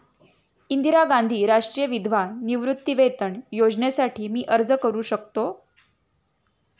इंदिरा गांधी राष्ट्रीय विधवा निवृत्तीवेतन योजनेसाठी मी अर्ज करू शकतो?